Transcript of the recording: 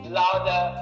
louder